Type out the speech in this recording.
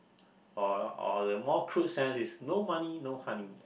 or or the more crude sense is no money no honey